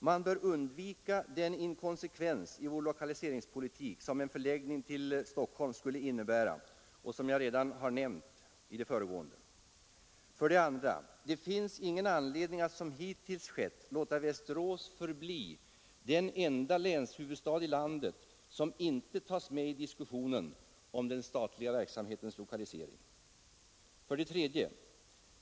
Man bör undvika den inkonsekvens i vår lokaliseringspolitik som en förläggning till Stockholm skulle innebära och som jag redan har nämnt. 2. Det finns ingen anledning att som hittills skett låta Västmanland förbli det enda länet i Svealand och Norrland som inte tas med i diskussionen om den statliga verksamhetens lokalisering. 3.